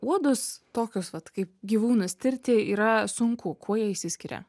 uodus tokius vat kaip gyvūnus tirti yra sunku kuo jie išsiskiria